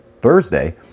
thursday